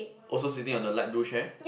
also sitting on the light blue chair